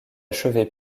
chevet